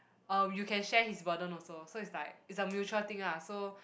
or you can share his burden also so it's like it's a mutual thing ah so